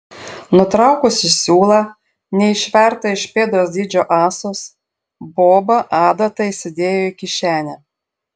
nutraukusi siūlą neišvertą iš pėdos dydžio ąsos boba adatą įsidėjo į kišenę